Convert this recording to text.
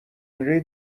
هنری